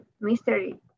mystery